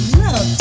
love